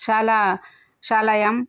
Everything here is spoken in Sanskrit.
शाला शालायाम्